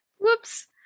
whoops